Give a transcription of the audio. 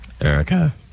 Erica